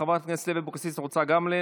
חברת הכנסת לוי אבקסיס, גם את